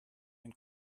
ein